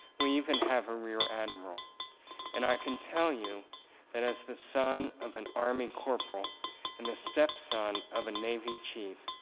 we even have a rear admiral and i can tell you that as the son of an army corporal and the stepson of a navy chief,